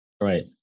right